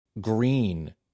green